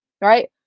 right